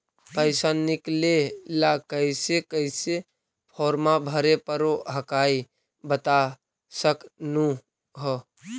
पैसा निकले ला कैसे कैसे फॉर्मा भरे परो हकाई बता सकनुह?